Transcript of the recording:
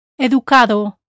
Educado